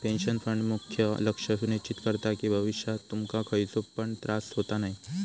pension fund मुख्य लक्ष सुनिश्चित करता कि भविष्यात तुमका खयचो पण त्रास होता नये